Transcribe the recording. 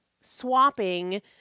swapping